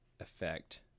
effect